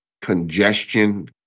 congestion